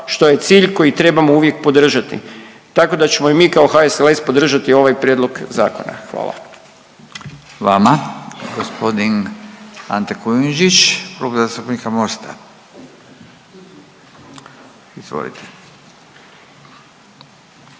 što je cilj koji trebamo uvijek podržati, tako da ćemo i mi kao HSLS podržati ovaj prijedlog zakona. Hvala. **Radin, Furio (Nezavisni)** I vama.